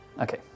Okay